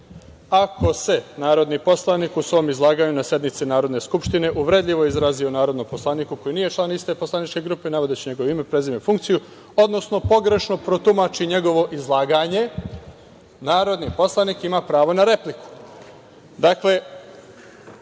„Ako se narodni poslanik u svom izlaganju na sednici Narodne skupštine uvredljivo izrazio o narodnom poslaniku koji nije član iste poslaničke grupe navodeći njegovo ime, prezime, funkciju, odnosno pogrešno protumači njegovo izlaganje, narodni poslanik ima pravo na repliku“.Dakle,